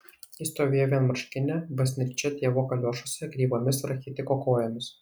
ji stovėjo vienmarškinė basnirčia tėvo kaliošuose kreivomis rachitiko kojomis